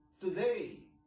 today